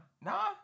Nah